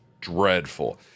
dreadful